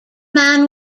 man